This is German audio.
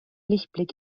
lichtblick